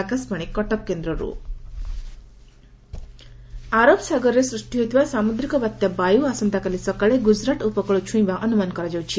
ସାମୁଦ୍ରିକ ବାତ୍ୟା ଆରବ ସାଗରରେ ସୃଷ୍ଟି ହୋଇଥିବା ସାମୁଦ୍ରିକ ବାତ୍ୟା 'ବାୟୁ' ଆସନ୍ତାକାଲି ସକାଳେ ଗୁଜରାଟ ଉପକୁଳ ଛୁଇଁବା ଅନୁମାନ କରାଯାଉଛି